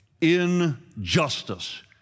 injustice